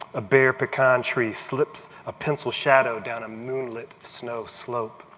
a bare pecan tree slips a pencil shadow down a moonlit snow slope.